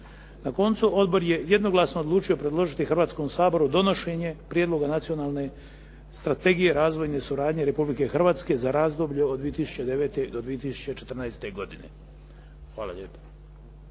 Na koncu, odbor je jednoglasno odlučio predložiti Hrvatskom saboru donošenje Prijedloga nacionalne strategije razvojne suradnje Republike Hrvatske za razdoblje od 2009. do 2014. godine. Hvala lijepo.